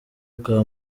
bwa